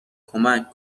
کمک